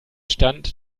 stand